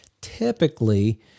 typically